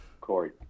Corey